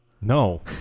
No